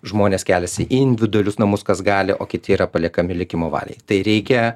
žmonės keliasi į individualius namus kas gali o kiti yra paliekami likimo valiai tai reikia